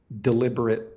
deliberate